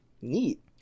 Neat